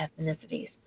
ethnicities